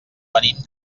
venim